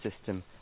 system